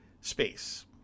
space